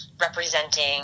representing